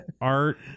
Art